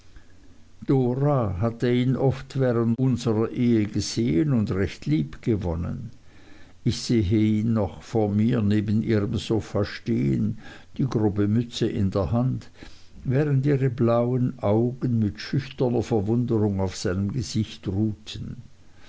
dora hatte ihn oft während unserer ehe gesehen und recht lieb gewonnen ich sehe ihn noch vor mir neben ihrem sofa stehen die grobe mütze in der hand während ihre blauen augen mit schüchterner verwunderung auf seinem gesicht ruhten